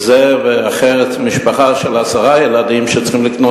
וזה אחרת כשמשפחה של עשרה ילדים שצריכים לקנות